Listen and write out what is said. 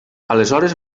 aleshores